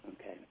Okay